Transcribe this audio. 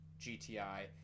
GTI